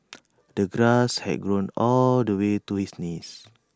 the grass had grown all the way to his knees